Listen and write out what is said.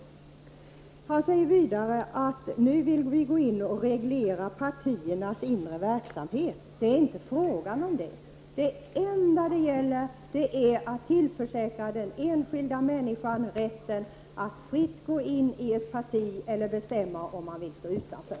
Vidare sade Sören Lekberg att vi i folkpartiet nu vill gå in och reglera partiernas inre verksamhet. Det är inte fråga om det. Det enda som gäller är att tillförsäkra den enskilda människan rätten att fritt gå in i ett parti eller bestämma om man vill stå utanför.